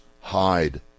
hide